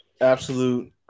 absolute